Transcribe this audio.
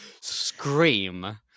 scream